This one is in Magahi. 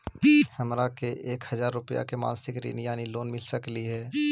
हमरा के एक हजार रुपया के मासिक ऋण यानी लोन मिल सकली हे?